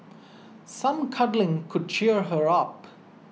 some cuddling could cheer her up